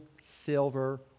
silver